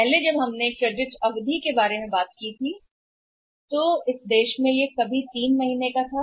पहले जब हम इस देश में क्रेडिट अवधि के बारे में बात करते हैं कुछ समय 3 महीने का भी था